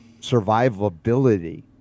survivability